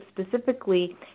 specifically